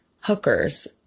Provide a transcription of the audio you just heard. hookers